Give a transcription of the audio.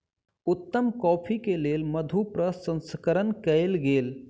उत्तम कॉफ़ी के लेल मधु प्रसंस्करण कयल गेल